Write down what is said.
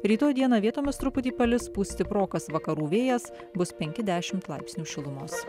rytoj dieną vietomis truputį palis pūs stiprokas vakarų vėjas bus penki dešimt laipsnių šilumos